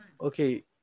Okay